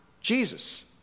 Jesus